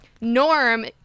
Norm